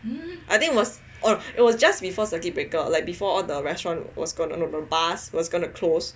I think was oh no it was just before circuit breaker like before all the restaurants was going to go bust was going to close